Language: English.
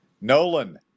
Nolan